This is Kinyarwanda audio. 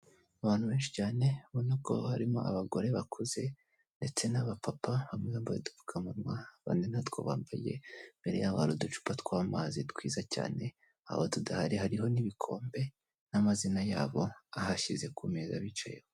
Abantu benshi cyane babona ko harimo abagore bakuze ndetse n'aba papa bafite udupfukamanwa ubona ko ari natwo bambaye, imbere yabo hari uducupa tw'amazi twiza cyane aba tudahari hariho n'ibikombe n'amazina yabo ahashyize ku meza bicayeho.